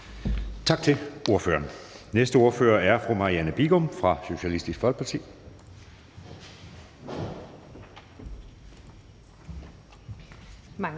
Tak til ordføreren. Den næste ordfører er fru Marianne Bigum fra Socialistisk Folkeparti.